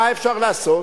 מה אפשר לעשות,